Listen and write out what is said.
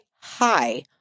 hi